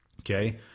okay